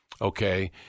okay